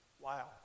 Wow